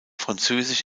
französisch